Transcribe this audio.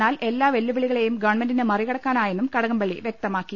എന്നാൽ എല്ലാ വെല്ലുവിളി കളെയും ഗവൺമെന്റിന് മറികടക്കാനായെന്നും കടകംപള്ളി വ്യക്തമാക്കി